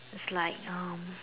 it's like um